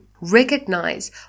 recognize